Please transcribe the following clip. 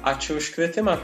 ačiū už kvietimą